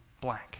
blank